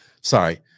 sorry